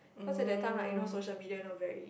cause at that time right you know social media not very